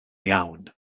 iawn